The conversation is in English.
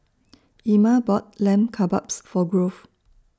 Ima bought Lamb Kebabs For Grove